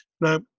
Now